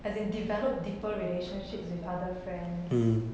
as in develop deeper relationships with other friends